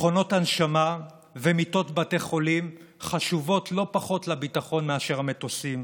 מכונות הנשמה ומיטות בתי חולים חשובות לא פחות לביטחון מאשר המטוסים.